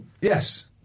Yes